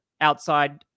outside